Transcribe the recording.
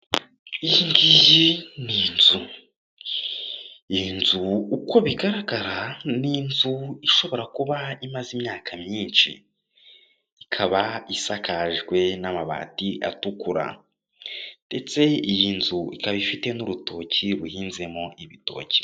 Iyi ngiyi ni inzu, iyi nzu uko bigaragara n'inzu ishobora kuba imaze imyaka myinshi, ikaba isakajwe n'amabati atukura, ndetse iyi nzu ikaba ifite n'urutoki ruhinzemo ibitoki.